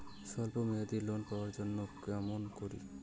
স্বল্প মেয়াদি লোন পাওয়া যায় কেমন করি?